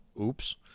Oops